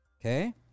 okay